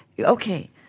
Okay